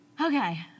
Okay